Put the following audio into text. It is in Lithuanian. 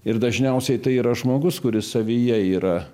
ir dažniausiai tai yra žmogus kuris savyje yra